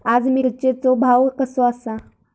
आज मिरचेचो भाव कसो आसा?